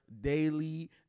Daily